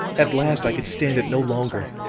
at last i could stand it no longer.